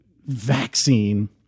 vaccine